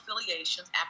affiliations